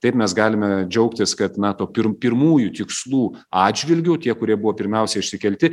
taip mes galime džiaugtis kad na tų pir pirmųjų tikslų atžvilgiu tie kurie buvo pirmiausia išsikelti